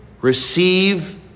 receive